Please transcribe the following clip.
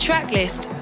Tracklist